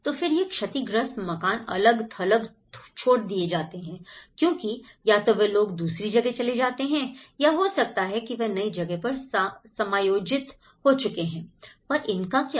तो फिर यह क्षति ग्रस्त मकान अलग थलग छोड़ दिए जाते हैं क्योंकि या तो वह लोग दूसरी जगह चले गए हैं या हो सकता है वह नई जगह पर समायोजित हो चुके हैं पर इनका क्या